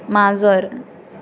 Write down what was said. माजर